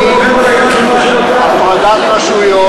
הפרדת רשויות,